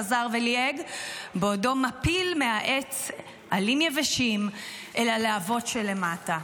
חזר וליהג בעודו מפיל מהעץ עלים יבשים אל הלהבות שלמטה.